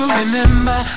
remember